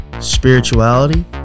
spirituality